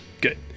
Good